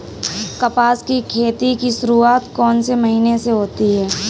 कपास की खेती की शुरुआत कौन से महीने से होती है?